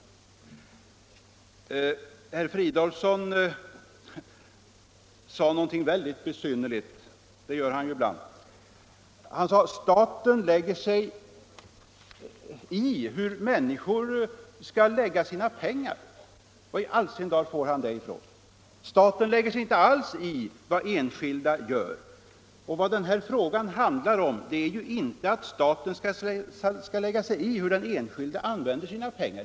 Sedan sade herr Fridolfsson något väldigt besynnerligt — han gör ju det ibland. Han sade att staten lägger sig i hur människor skall använda sina pengar. Var i all sin dar får herr Fridolfsson det ifrån? Staten lägger sig inte alls i detta. Vad denna fråga handlar om är ju inte att staten skall lägga sig i hur den enskilde använder sina pengar.